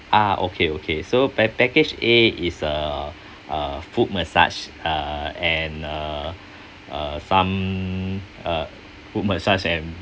ah okay okay so pack~ package A is a a foot massage uh and uh uh some uh foot massage and